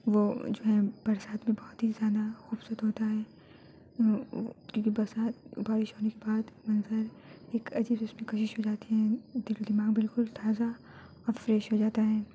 وہ جو ہیں برسات میں بہت ہی زیادہ خوبصورت ہوتا ہے کیونکہ برسات بارش ہونے کے بعد منظر ایک عجیب سی اس میں کشش ہو جاتی ہے دل دماغ بالکل تازہ اور فریش ہو جاتا ہے